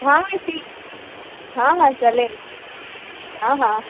हाँ ऐसे ही हाँ हाँ चलेगा हाँ हाँ